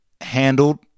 handled